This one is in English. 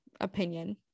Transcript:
opinion